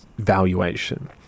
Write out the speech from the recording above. valuation